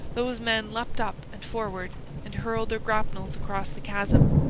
those men leapt up and forward and hurled their grapnels across the chasm.